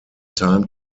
time